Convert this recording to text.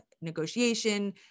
negotiation